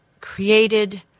created